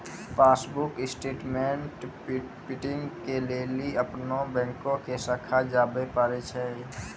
passbook statement printing के लेली अपनो बैंको के शाखा जाबे परै छै